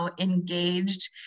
engaged